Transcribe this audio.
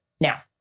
Now